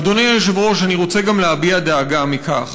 אדוני היושב-ראש, אני גם רוצה להביע דאגה מכך